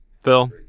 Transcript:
phil